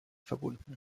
verbunden